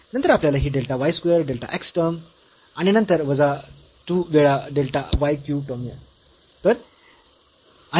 नंतर आपल्याला ही delta y square delta x term आणि नंतर वजा 2 वेळा डेल्टा y क्यूब टर्म मिळेल